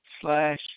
slash